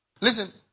listen